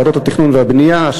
ועדות התכנון והבנייה,